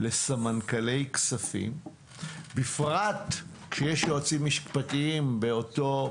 לסמנכ"לי כספים בפרט כשיש יועצים משפטיים באותה רשות,